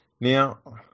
Now